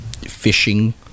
fishing